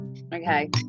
Okay